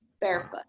barefoot